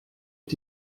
que